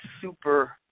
super